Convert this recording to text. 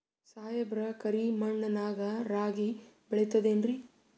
ಸಾಹೇಬ್ರ, ಕರಿ ಮಣ್ ನಾಗ ರಾಗಿ ಬೆಳಿತದೇನ್ರಿ?